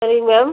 சரி மேம்